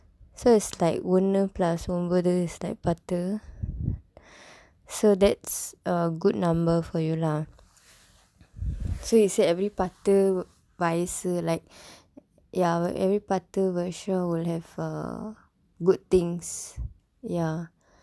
so it's like ஒன்னு:onnu plus ஒன்பது:onpathu is like பத்து:paththu so that's a good number for you lah so he said every பத்து வயசு:paththu vayasu like ya every பத்து வருஷம்:paththu varusham will have good things